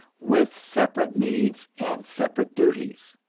with separate needs and separate duties.